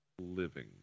living